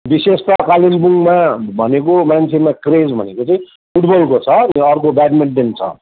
विशेष त कालिम्पोङमा भनेको मान्छेमा क्रेज भनेको चाहिँ फुटबलको छ अनि अर्को ब्याडमिन्टन छ